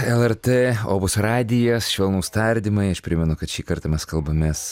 lrt opus radijas švelnūs tardymai aš primenu kad šį kartą mes kalbamės